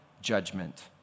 judgment